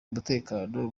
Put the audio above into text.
umutekano